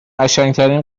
قشنگترین